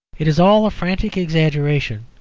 it is all a frantic exaggeration,